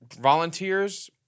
volunteers